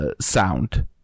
sound